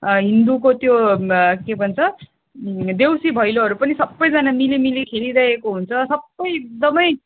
हिन्दूको त्यो के भन्छ देउसी भैलोहरू पनि सबैजना मिली मिली खेलिरहेको हुन्छ सबै एकदमै